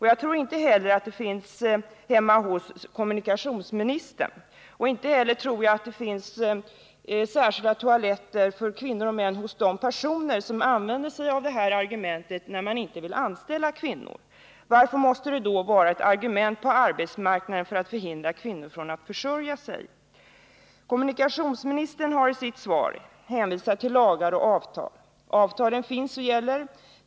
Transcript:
Jag tror inte heller att det finns sådana hemma hos kommunikationsminstern eller ens hos de personer som använder det här argumentet när de inte vill anställa kvinnor. Varför måste det då vara ett argument på arbetsmarknaden för att hindra kvinnor att försörja sig? Kommunikationsministern har i sitt svar hänvisat till lagar och avtal. Avtalen finns och gäller.